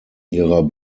ihrer